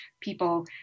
people